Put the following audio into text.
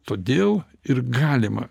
todėl ir galima